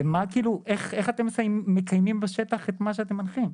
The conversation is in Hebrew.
מה כאילו, איך אתם מקיימים בשטח את מה שאתם מנחים?